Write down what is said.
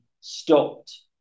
stopped